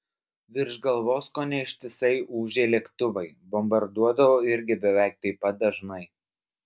virš galvos kone ištisai ūžė lėktuvai bombarduodavo irgi beveik taip pat dažnai